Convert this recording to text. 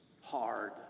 hard